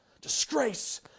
disgrace